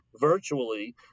virtually